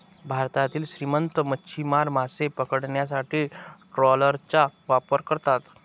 भारतातील श्रीमंत मच्छीमार मासे पकडण्यासाठी ट्रॉलरचा वापर करतात